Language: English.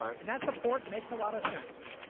and that support makes a lot of sense